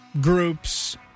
groups